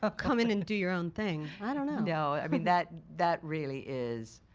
ah come in and do your own thing. i don't know. no, i mean that that really is.